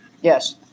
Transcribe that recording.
Yes